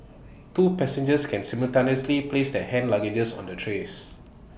two passengers can simultaneously place their hand luggage on the trays